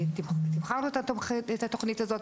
תמחרנו את התוכנית הזאת,